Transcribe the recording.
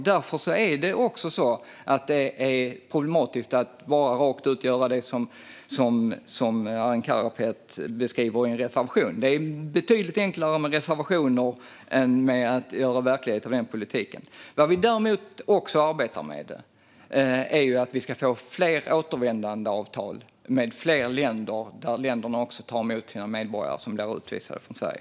Därför är det problematiskt att bara rakt av göra det som Arin Karapet beskriver i en reservation. Det är betydligt enklare att skriva reservationer än att göra verklighet av politiken. Vad vi däremot också arbetar med är att vi ska få återvändandeavtal med fler länder så att de tar emot sina medborgare som blir utvisade från Sverige.